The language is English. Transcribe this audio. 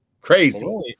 crazy